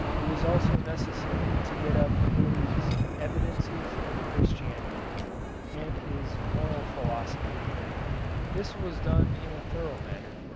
it was also necessary to get up paley's evidences of christianity and his moral philosophy this was done in a thorough manner,